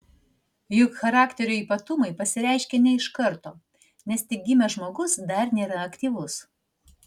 juk charakterio ypatumai pasireiškia ne iš karto nes tik gimęs žmogus dar nėra aktyvus